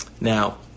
now